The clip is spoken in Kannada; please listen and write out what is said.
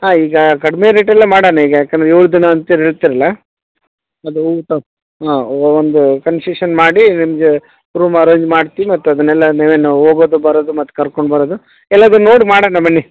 ಹಾಂ ಈಗ ಕಡಿಮೆ ರೇಟಲ್ಲೆ ಮಾಡೋಣ ಈಗ ಯಾಕಂದರೆ ಏಳು ದಿನ ಅಂತ ಹೇಳ್ತೀರಲ್ಲ ಅದು ಹಾಂ ಒಂದು ಕನ್ಸಿಶನ್ ಮಾಡಿ ನಿಮಗೆ ರೂಮ್ ಅರೇಂಜ್ ಮಾಡಿಸಿ ಮತ್ತು ಅದನ್ನೆಲ್ಲ ನೀವು ಹೋಗೋದು ಬರೋದು ಮತ್ತು ಕರ್ಕೊಂಡು ಬರೋದು ಎಲ್ಲದನ್ನು ನೋಡಿ ಮಾಡೋಣ ಬನ್ನಿ